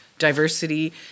diversity